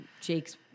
Jake's